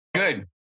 Good